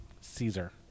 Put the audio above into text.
Caesar